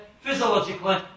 physiologically